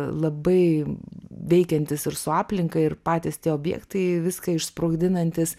labai veikiantis ir su aplinka ir patys tie objektai viską išsprogdinantys